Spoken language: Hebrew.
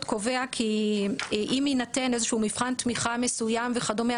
קובע כי אם יינתן מבחן תמיכה מסוים וכדומה,